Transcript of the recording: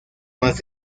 más